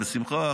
בשמחה.